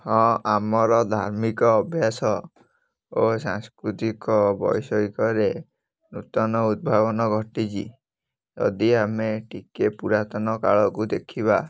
ହଁ ଆମର ଧାର୍ମିକ ଅଭ୍ୟାସ ଓ ସାଂସ୍କୃତିକ ବୈଷୟିକରେ ନୂତନ ଉଦ୍ଭାବନ ଘଟିଛି ଯଦି ଆମେ ଟିକେ ପୁରାତନ କାଳକୁ ଦେଖିବା